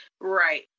Right